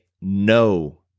no